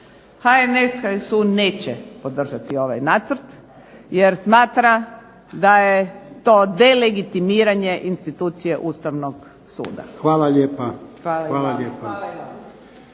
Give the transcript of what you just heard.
HNS-HSU neće podržati ovaj nacrt jer smatra da je to delegitimiranje institucije Ustavnog suda. **Jarnjak,